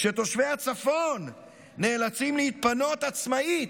כשתושבי הצפון נאלצים להתפנות עצמאית,